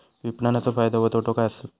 विपणाचो फायदो व तोटो काय आसत?